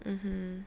mmhmm